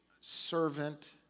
servant